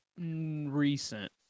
recent